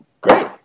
Great